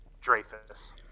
Dreyfus